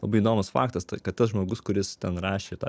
labai įdomus faktas tai kad tas žmogus kuris ten rašė tą